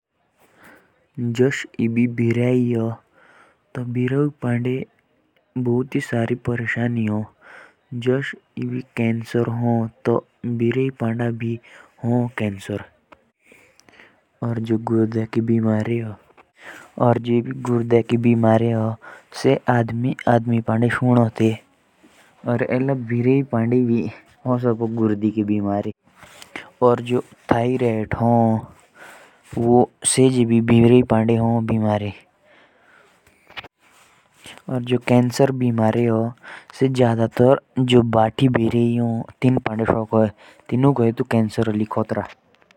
जैसे बिल्ली होती है तो उनपे कैंसर की बिमारी भी हो सकती है। ज्यादातर जो बुड्डी बिल्लियाँ होती हैं उनपे। और भी कई सारी बिमारियाँ हो सकती हैं।